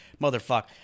motherfucker